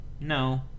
No